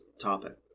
topic